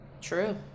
true